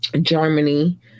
Germany